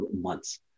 months